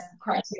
criteria